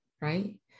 right